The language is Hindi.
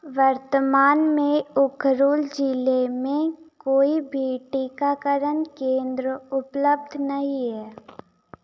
वर्तमान में उखरुल ज़िले में कोई भी टीकाकरण केंद्र उपलब्ध नहीं हैं